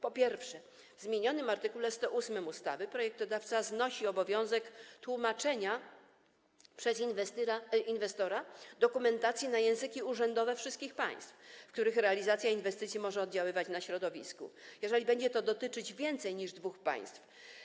Po pierwsze, w zmienionym art. 108 ustawy projektodawca znosi obowiązek tłumaczenia przez inwestora dokumentacji na języki urzędowe wszystkich państw, w których realizacja inwestycji może oddziaływać na środowisko, jeżeli będzie to dotyczyć więcej niż dwóch państw.